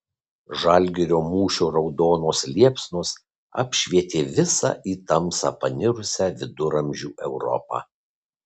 žalgirio mūšio raudonos liepsnos apšvietė visą į tamsą panirusią viduramžių europą